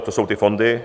To jsou ty fondy.